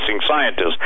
scientists